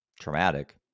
traumatic